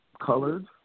colored